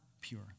pure